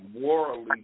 morally